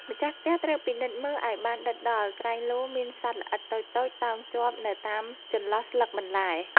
ម្ចាស់ផ្ទះត្រូវពិនិត្យមើលឱ្យបានដិតដល់ក្រែងលោមានសត្វល្អិតតូចៗតោងជាប់នៅតាមចន្លោះស្លឹកបន្លែ។